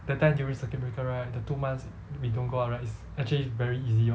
that time during circuit breaker right the two months we don't go out right is actually very easy [one]